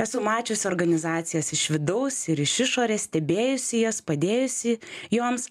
esu mačiusi organizacijas iš vidaus ir iš išorės stebėjusi jas padėjusi joms